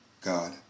God